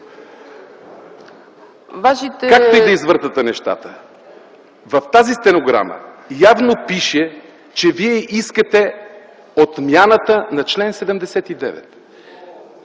Както и да извъртате нещата, в тази стенограма явно пише, че вие искате отмяната на чл. 79.